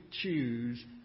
choose